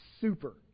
Super